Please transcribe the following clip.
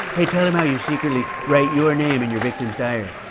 hey, tell him how you secretly write your name in your victim's diary.